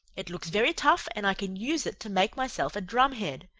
it looks very tough and i can use it to make myself a drumhead.